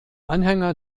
anhänger